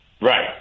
Right